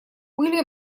пыли